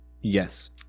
Yes